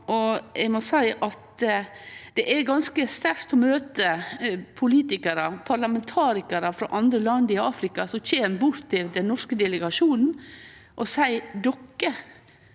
Eg må seie at det er ganske sterkt å møte politikarar og parlamentarikarar frå andre land, frå Afrika, som kjem bort til den norske delegasjonen og seier: